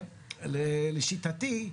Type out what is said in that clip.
לשיטתי,